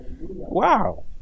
Wow